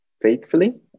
faithfully